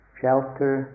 shelter